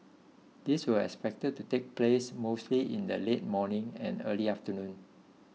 these were expected to take place mostly in the late morning and early afternoon